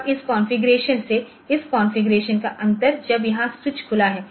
अब इस कॉन्फ़िगरेशन से इस कॉन्फ़िगरेशन का अंतर जब यहां स्विच खुला है